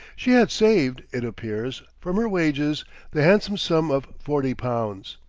she had saved, it appears, from her wages the handsome sum of forty pounds.